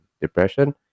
depression